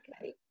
okay